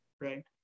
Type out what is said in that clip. right